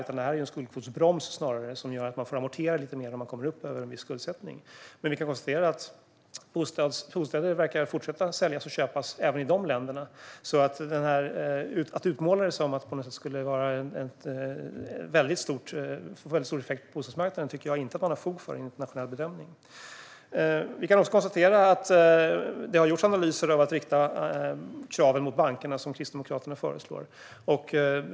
Det här är snarare en skuldkvotsbroms som innebär att man får amortera lite mer om man kommer över en viss skuldsättning. Bostäder verkar fortsätta säljas och köpas även i de länderna. Jag tycker alltså inte att det finns fog för att utmåla det som att det ska få väldigt stor effekt på bostadsmarknaden i ett internationellt perspektiv. Det har gjorts analyser av att rikta kraven mot bankerna, vilket Kristdemokraterna föreslår.